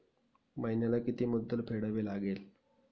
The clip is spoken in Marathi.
महिन्याला किती मुद्दल फेडावी लागेल?